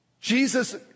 Jesus